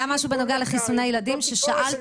זו הכחשת